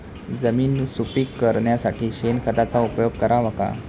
जमीन सुपीक करण्यासाठी शेणखताचा उपयोग करावा का?